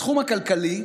בתחום הכלכלי,